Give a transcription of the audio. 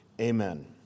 Amen